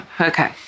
Okay